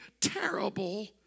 terrible